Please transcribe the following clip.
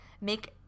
make